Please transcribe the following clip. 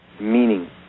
meaning